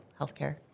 healthcare